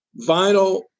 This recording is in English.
vinyl